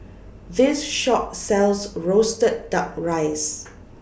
This Shop sells Roasted Duck Rice